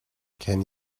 can